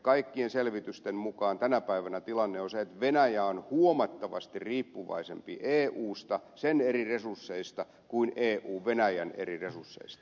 kaikkien selvitysten mukaan tänä päivänä tilanne on se että venäjä on huomattavasti riippuvaisempi eusta sen eri resursseista kuin eu venäjän eri resursseista